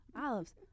olives